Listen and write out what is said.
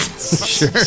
Sure